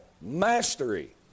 mastery